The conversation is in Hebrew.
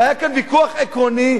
והיה כאן ויכוח עקרוני,